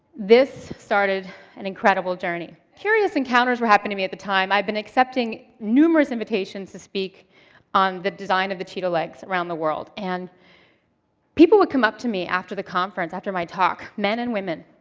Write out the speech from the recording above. this started an incredible journey. curious encounters were happening to me at the time i'd been accepting numerous invitations to speak on the design of the cheetah legs around the world. and people would come up to me after the conference, after my talk, men and women.